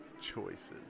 choices